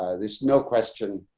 there's no question.